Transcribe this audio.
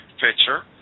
picture